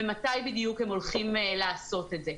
ומתי בדיוק הם הולכים לעשות את זה,